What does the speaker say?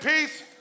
peace